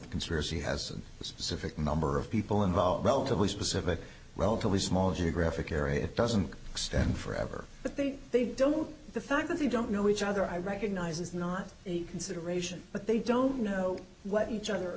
conspiracy has a specific number of people involved relatively specific relatively small geographic area it doesn't extend forever but they they don't the fact that they don't know each other i recognize is not a consideration but they don't know what each other